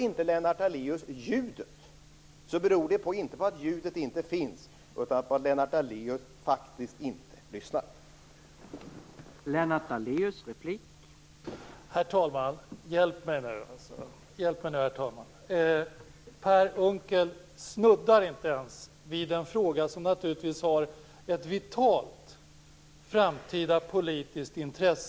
Om Lennart Daléus inte hör ljudet, beror det inte på att ljudet inte finns utan på att Lennart Daléus faktiskt inte lyssnar.